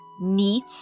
neat